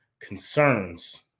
concerns